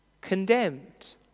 condemned